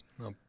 No